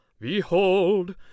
behold